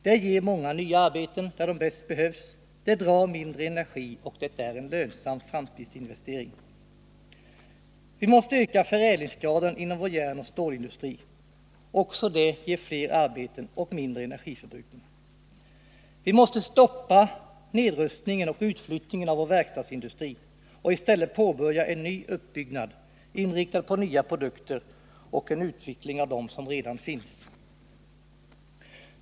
Det ger många nya arbeten där de bäst behövs, det drar mindre energi och det är en lönsam framtidsinvestering. Vi måste öka förädlingsgraden inom vår järnoch stålindustri. Också det ger fler arbeten och mindre energiförbrukning. Vi måste stoppa nedrustningen och utflyttningen av vår verkstadsindustri och i stället påbörja en ny uppbyggnad, inriktad på nya produkter och utveckling av dem som redan finns.